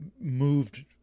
moved